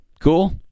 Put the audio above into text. cool